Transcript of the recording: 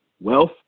Wealth